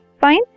Fine